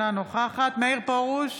אינה נוכחת מאיר פרוש,